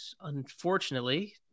unfortunately